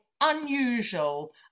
unusual